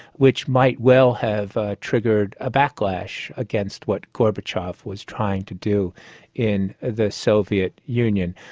which might well have ah triggered a backlash against what gorbachev was trying to do in the soviet union.